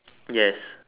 yes